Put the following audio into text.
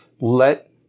let